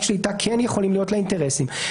שליטה כן יכולים להיות לה אינטרסים.